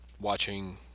watching